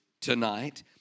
tonight